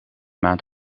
maand